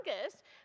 youngest